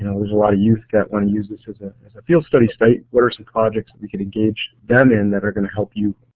know there's a lot of youth that want to use this as a field study site what are some projects we can engage them in that are going to help you